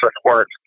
support